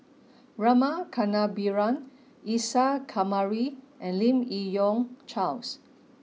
Rama Kannabiran Isa Kamari and Lim Yi Yong Charles